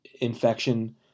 Infection